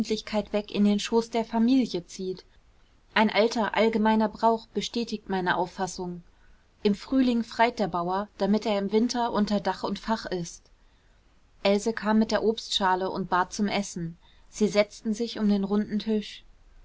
weg in den schoß der familie zieht ein alter allgemeiner brauch bestätigt meine auffassung im frühling freit der bauer damit er im winter unter dach und fach ist else kam mit der obstschale und bat zum essen sie setzten sich um den runden tisch